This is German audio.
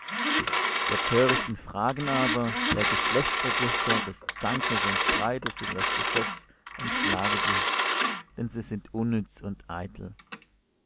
der törichten fragen aber der geschlechtsregister des zankes und streites über das gesetz entschlage dich denn sie sind unnütz und eitel